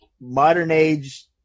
modern-age –